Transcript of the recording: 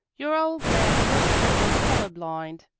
your old man must have been color-blind.